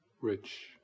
rich